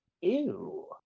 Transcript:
ew